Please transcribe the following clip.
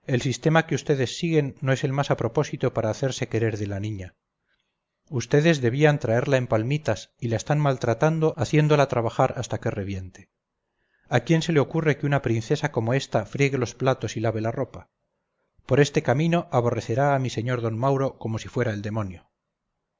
el sistema que vds siguen no es el más a propósito para hacerse querer de la niña vds debían traerla en palmitas y la están maltratando haciéndola trabajar hasta que reviente a quién se le ocurre que una princesita como esta friegue los platos y lave la ropa por este camino aborrecerá a mi señor don mauro como si fuera el demonio